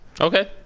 Okay